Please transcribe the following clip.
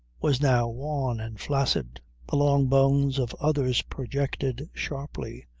was now wan and flaccid the long bones of others projected sharply,